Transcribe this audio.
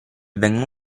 vengono